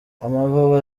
amavubi